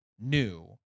new